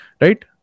right